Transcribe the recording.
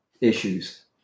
issues